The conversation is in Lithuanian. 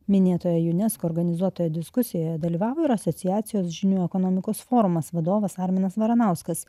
minėtoje unesco organizuotoje diskusijoje dalyvavo ir asociacijos žinių ekonomikos forumas vadovas arminas varanauskas